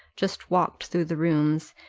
just walked through the rooms,